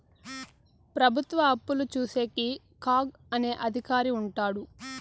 ప్రభుత్వ అప్పులు చూసేకి కాగ్ అనే అధికారి ఉంటాడు